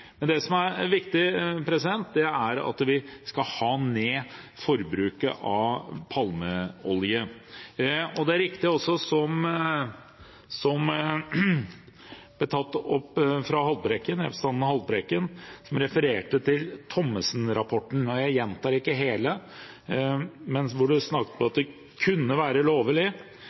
er viktig, er at vi skal ha ned forbruket av palmeolje. Det er riktig det som ble tatt opp av representanten Haltbrekken, som refererte til Thommessen-rapporten. Jeg gjentar ikke hele, men viser til der det snakkes om at det «vil kunne være lovlig